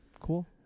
Cool